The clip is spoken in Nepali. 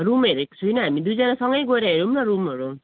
रुम हेरेको छुइनँ हामी दुईजना सँगै गएर हेरौँ न रुमहरू